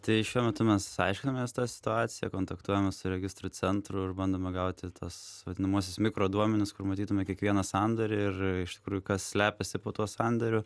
tai šiuo metu mes aiškinamės tą situaciją kontaktuojame su registrų centru ir bandome gauti tuos vadinamuosius mikroduomenis kur matytume kiekvieną sandorį ir iš tikrųjų kas slepiasi po tuo sandoriu